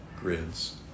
grids